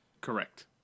Correct